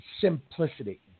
simplicity